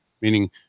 meaning